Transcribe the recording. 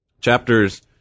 chapters